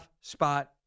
spot